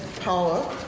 Power